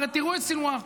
הרי תראו את סנוואר,